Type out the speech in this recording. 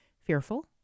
fearful